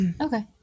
Okay